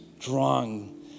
strong